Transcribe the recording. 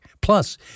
Plus